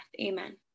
Amen